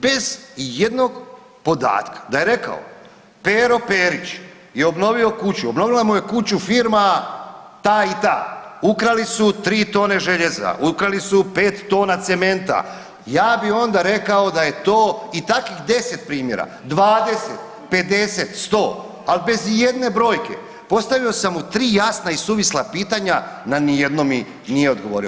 Bez ijednog podatka da je rekao Pero Pepić je obnovio kuću, obnovila mu je kuću firma ta i ta, ukrali su 3 tone željeza, ukrali su 5 tona cementa, ja bi onda rekao da je to i takvih 10 primjera, 20, 50, 100 ali bez ijedne brojke, postavio sam mu 3 jasna i suvisla pitanja, na nijedno mi nije odgovorio.